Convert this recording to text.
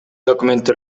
документти